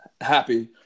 happy